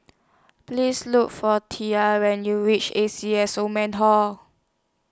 Please Look For Tia when YOU REACH A C S Old Man Hall